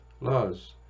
laws